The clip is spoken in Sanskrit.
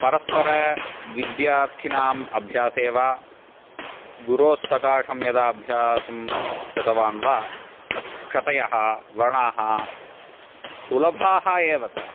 परस्परविद्यार्थीनाम् अभ्यासे वा गुरोस्सकाशम् अभ्यासं कृतवान् वा क्षतयः वृणाः सुलभाः एव ताः